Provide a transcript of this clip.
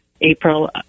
April